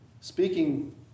Speaking